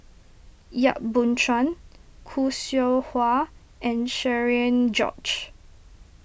Yap Boon Chuan Khoo Seow Hwa and Cherian George